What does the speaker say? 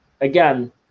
again